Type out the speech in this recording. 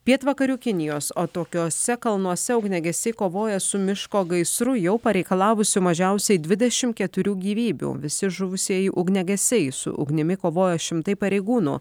pietvakarių kinijos atokiuose kalnuose ugniagesiai kovoja su miško gaisru jau pareikalavusių mažiausiai dvidešim keturių gyvybių visi žuvusieji ugniagesiai su ugnimi kovoja šimtai pareigūnų